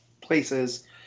places